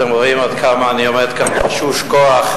אתם רואים עד כמה אני עומד כאן תשוש כוח,